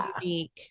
unique